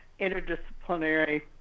interdisciplinary